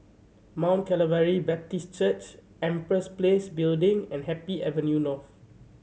Mount Calvary Baptist Church Empress Place Building and Happy Avenue North